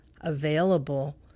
available